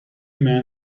men